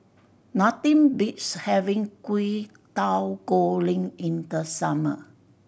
nothing beats having Kwetiau Goreng in the summer